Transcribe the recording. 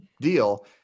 deal